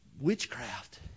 Witchcraft